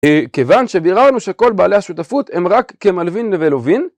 כיוון שביררנו שכל בעלי השותפות הם רק כמלווין לבין לווין.